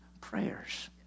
prayers